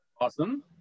Awesome